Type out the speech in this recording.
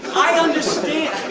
i understand,